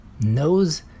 knows